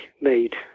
made